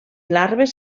larves